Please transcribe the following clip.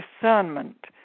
discernment